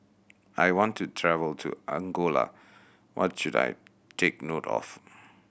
I want to travel to Angola what should I take note of